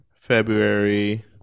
February